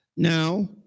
Now